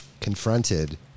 confronted